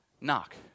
knock